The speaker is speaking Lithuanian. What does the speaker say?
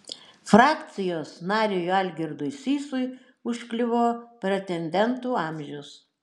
frakcijos nariui algirdui sysui užkliuvo pretendentų amžius